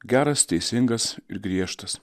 geras teisingas ir griežtas